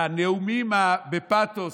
והנאומים בפתוס,